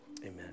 amen